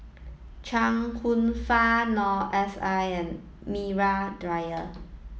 Chuang Hsueh Fang Noor S I and Maria Dyer